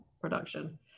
production